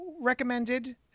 recommended